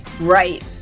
Right